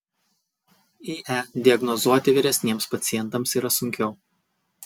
ie diagnozuoti vyresniems pacientams yra sunkiau